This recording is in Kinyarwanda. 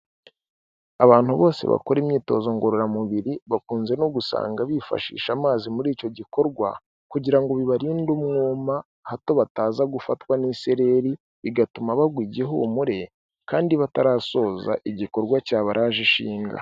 Abantu bose bakora imyitozo ngororamubiri bakunze no gusanga bifashisha amazi muri icyo gikorwa, kugira ngo bibarinde umwuma, hato bataza gufatwa n'isereri, bigatuma bagwa igihumure, kandi batarasoza igikorwa cyabaraje inshinga.